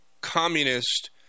communist